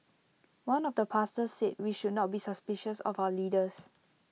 one of the pastors said we should not be suspicious of our leaders